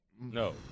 No